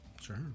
Sure